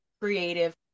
creative